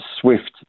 swift